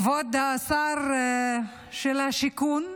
כבוד שר השיכון,